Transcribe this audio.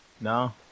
No